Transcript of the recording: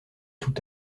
tout